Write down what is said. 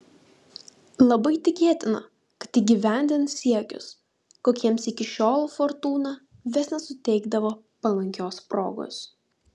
labai tikėtina kad įgyvendins siekius kokiems iki šiol fortūna vis nesuteikdavo palankios progos